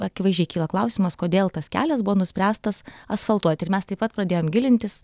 akivaizdžiai kyla klausimas kodėl tas kelias buvo nuspręstas asfaltuoti ir mes taip pat pradėjom gilintis